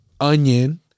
onion